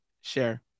share